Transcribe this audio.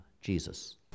Jesus